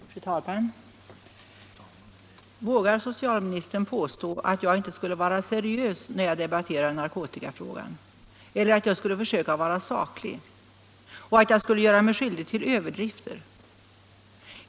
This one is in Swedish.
Fru talman! Vågar socialministern påstå att jag inte skulle vara seriös när jag debatterar narkotikafrågan, att jag inte skulle vara saklig och 161 narkotikamissbruket att jag skulle göra mig skyldig till överdrifter?